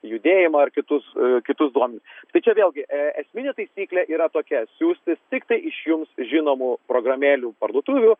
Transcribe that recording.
judėjimą ar kitus kitus duomenis tai čia vėlgi esminė taisyklė yra tokia siųsis tiktai iš jums žinomų programėlių parduotuvių